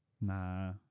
Nah